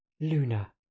Luna